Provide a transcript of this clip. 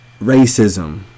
racism